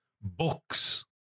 books